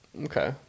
Okay